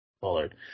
Bullard